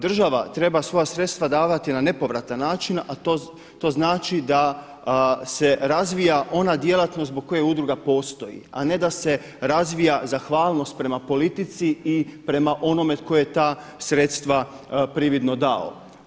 Država treba svoja sredstva davati na nepovratan način, a to znači da se razvija ona djelatnost zbog koje udruga postoji, a ne da se razvija zahvalnost prema politici i prema onome tko je ta sredstva prividno dao.